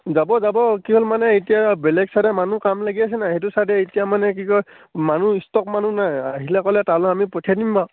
যাব যাব কি হ'ল মানে এতিয়া বেলেগ চাইডে মানুহ কাম লাগি আছে নাই সেইটো চাইডে এতিয়া মানে কি কয় মানুহ ষ্টক মানুহ নাই আহিলে ক'লে তালৈ আমি পঠিয়াই দিম বাৰু